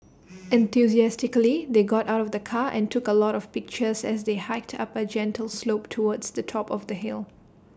enthusiastically they got out of the car and took A lot of pictures as they hiked up A gentle slope towards the top of the hill